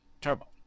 Turbo